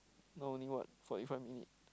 now only what forty five minute